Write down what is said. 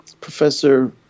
professor